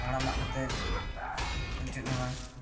ᱨᱚᱦᱚᱲᱟᱜ ᱢᱟᱜ ᱠᱟᱛᱮᱫ ᱪᱮᱫᱦᱚᱸ ᱵᱟᱝ